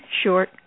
short